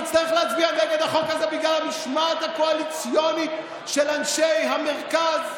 תצטרך להצביע נגד החוק הזה בגלל המשמעת הקואליציונית של אנשי המרכז?